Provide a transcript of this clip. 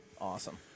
Awesome